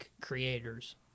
creators